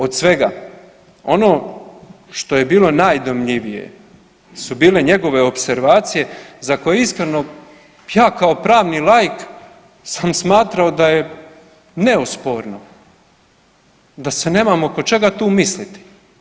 Od svega ono što je bilo dojmljivije su bile njegove opservacije za koje iskreno ja kao pravni laik sam smatrao da je neosporno da se nemamo oko čega tu misliti.